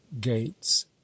gates